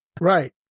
Right